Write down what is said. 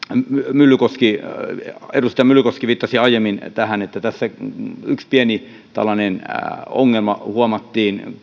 edustaja myllykoski viittasi aiemmin tähän että tässä tällainen yksi pieni ongelma huomattiin